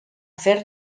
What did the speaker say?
fer